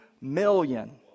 million